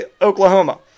Oklahoma